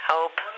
Hope